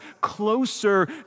closer